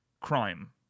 crime